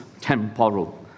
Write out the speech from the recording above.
temporal